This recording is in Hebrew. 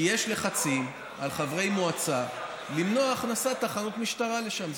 כי יש לחצים על חברי מועצה למנוע הכנסת תחנות משטרה לשם,